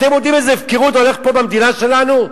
אתם יודעים איזה הפקרות הולכת פה במדינה שלנו?